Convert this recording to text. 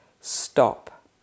stop